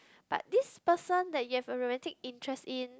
but this person that you have a romantic interest in